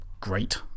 great